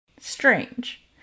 strange